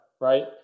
right